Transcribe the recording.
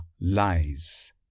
lies